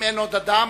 אם אין עוד אדם,